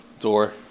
door